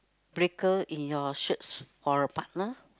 breaker in your search for a partner